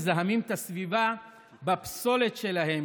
מזהמים את הסביבה בפסולת שלהם,